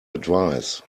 advise